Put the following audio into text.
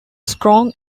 strong